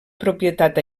propietat